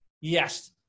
yes